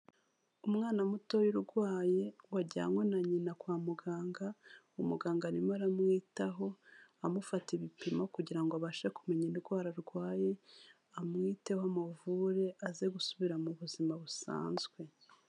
Umwana muto wari urwaye, wajyanywe na nyina kwa muganga. Umuganga arimo aramwitaho, amufata ibipimo kugira ngo abashe kumenya indwara arwaye, amwiteho amuvure, aze gusubira mu buzima busanzwe.